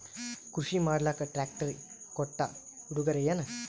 ಕೃಷಿ ಮಾಡಲಾಕ ಟ್ರಾಕ್ಟರಿ ಕೊಟ್ಟ ಉಡುಗೊರೆಯೇನ?